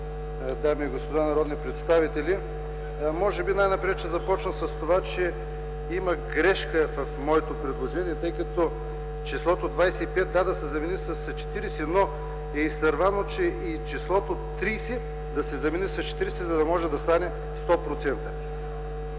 дами и господа народни представители! Най-напред ще започна с това, че има грешка в моето предложение. Да, числото „25” да се замени с „40”, но е изтървано „числото „30” да се замени с „40”, за да може да стане 100%.